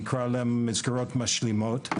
אקרא לזה מסגרות משלימות.